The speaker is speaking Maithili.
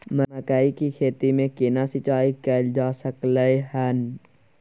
मकई की खेती में केना सिंचाई कैल जा सकलय हन?